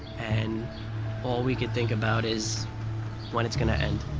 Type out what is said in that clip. and all we can think about is when it's going to end.